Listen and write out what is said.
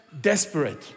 desperate